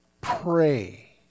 Pray